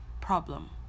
problem